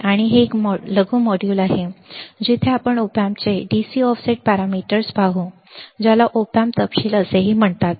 आणि हे मॉडेल एक लघु मॉड्यूल आहे जिथे आपण Op Amp चे DC ऑफसेट पॅरामीटर्स पाहू ज्याला Op Amp तपशील असेही म्हणतात